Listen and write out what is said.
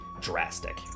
drastic